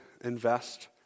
invest